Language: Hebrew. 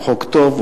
הוא חוק טוב,